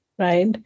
Right